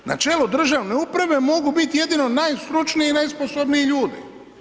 Na čelo državne uprave mogu bit jedino najstručniji i najsposobniji ljudi.